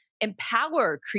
empower